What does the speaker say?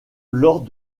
lors